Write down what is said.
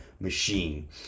machine